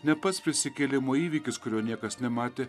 ne pats prisikėlimo įvykis kurio niekas nematė